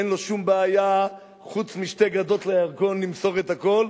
אין לו שום בעיה חוץ משתי גדות לירקון למסור את הכול,